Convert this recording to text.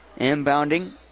Inbounding